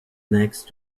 next